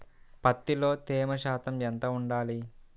పత్తిలో తేమ శాతం ఎంత ఉండాలి?